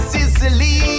Sicily